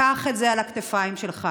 קח את זה על הכתפיים שלך.